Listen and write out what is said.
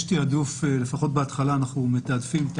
לפחות בהתחלה, של